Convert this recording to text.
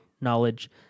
knowledge